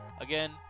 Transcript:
again